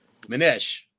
manish